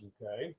Okay